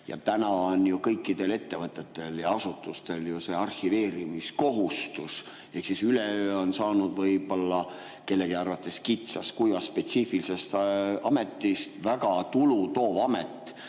Ja täna on ju kõikidel ettevõtetel ja asutustel arhiveerimiskohustus ehk üleöö on saanud võib-olla kellegi arvates kitsast, kuivast, spetsiifilisest ametist väga tulutoov amet.